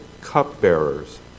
cupbearers